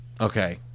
Okay